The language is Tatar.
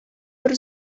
бер